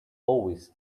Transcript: always